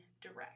direct